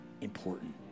important